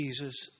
Jesus